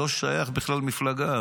לא שייך בכלל מלחמה.